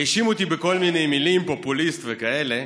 האשימו אותי בכל מיני מילים: פופוליסט וכאלה.